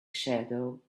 shadow